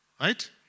Right